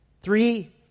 Three